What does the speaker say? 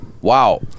Wow